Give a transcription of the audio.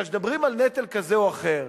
כשמדברים על נטל כזה או אחר,